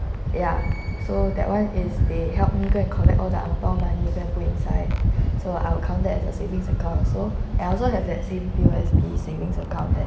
ya so that one is they helped me go and collect all the angbao money then put inside so I'll count it as a savings account so I also have that same P_O_S_B savings account there